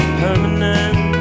permanent